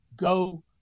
go